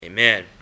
Amen